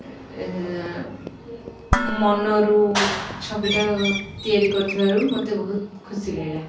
ମନରୁ ଛବିଟା ତିଆରି କରୁଥିବାରୁ ମୋତେ ବହୁତ ଖୁସି ଲାଗିଲା